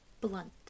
blunt